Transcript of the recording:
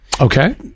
Okay